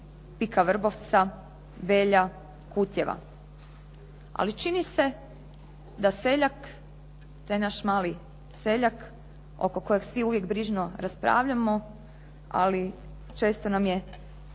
"PIK Vrbovca", "Belje", "Kutjeva", ali čini se da seljak, taj naš mali seljak oko kojeg svi uvijek brižno raspravljamo, ali često nam je